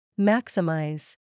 Maximize